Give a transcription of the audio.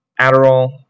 Adderall